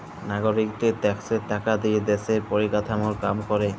লাগরিকদের ট্যাক্সের টাকা দিয়া দ্যশের পরিকাঠামর কাম ক্যরে